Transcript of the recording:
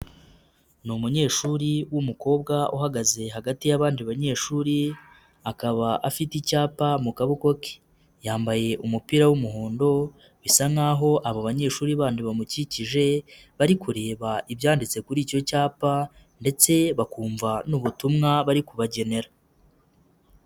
Ni umunyeshuri w'umukobwa uhagaze hagati y'abandi banyeshuri, akaba afite icyapa mu kaboko ke. Yambaye umupira w'umuhondo, bisa nkaho aba banyeshuri bandi bamukikije, bari kureba ibyanditse kuri icyo cyapa ndetse bakumva n'ubutumwa bari kubagenera.